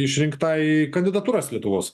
išrinktajai kandidatūras lietuvos